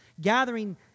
gathering